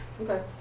Okay